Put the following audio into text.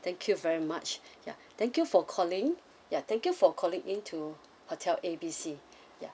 thank you very much ya thank you for calling ya thank you for calling in to hotel A B C ya